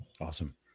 Awesome